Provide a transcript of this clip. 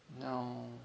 No